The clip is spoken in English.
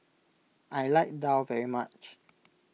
I like Daal very much